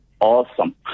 Awesome